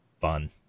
fun